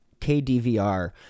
KDVR